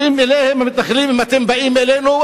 באים אליהם המתנחלים ואומרים: אם אתם באים אלינו,